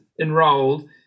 enrolled